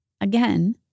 Again